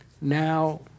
now